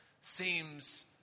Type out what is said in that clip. seems